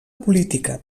política